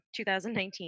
2019